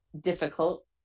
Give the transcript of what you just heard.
difficult